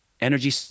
energy